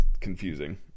confusing